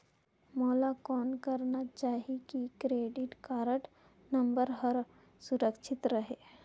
मोला कौन करना चाही की क्रेडिट कारड नम्बर हर सुरक्षित रहे?